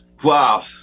Wow